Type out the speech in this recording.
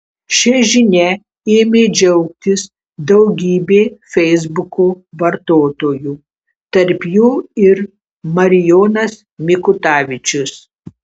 šia žinia ėmė džiaugtis daugybė feisbuko vartotojų tarp jų ir marijonas mikutavičius